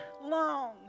long